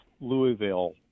Louisville